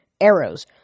arrows